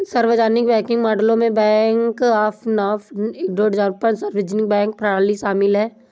सार्वजनिक बैंकिंग मॉडलों में bank of North Dakota German सार्वजनिक बैंक प्रणाली शामिल है